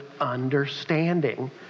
understanding